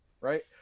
right